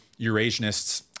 eurasianists